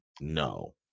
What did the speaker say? No